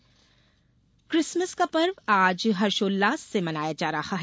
Christmas Christmas का पर्व आज हर्षोल्लास से मनाया जा रहा है